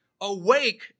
Awake